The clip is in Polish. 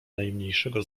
najmniejszego